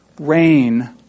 rain